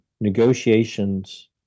negotiations